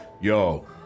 Yo